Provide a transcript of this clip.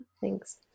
thanks